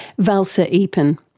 valsa eapen.